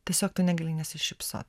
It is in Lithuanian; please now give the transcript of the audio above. tiesiog tu negali nesišypsot